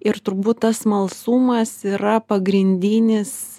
ir turbūt tas smalsumas yra pagrindinis